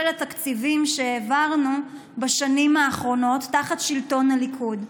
התקציבים שהעברנו בשנים האחרונות תחת שלטון הליכוד.